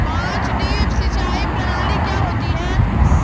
बांस ड्रिप सिंचाई प्रणाली क्या होती है?